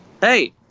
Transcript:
hey